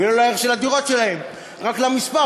ולא לערך של הדירות שלהם, רק למספר.